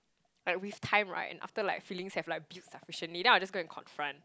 like with time right and after like feelings have been built sufficiently then I'll just go and confront